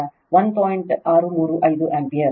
635 ampere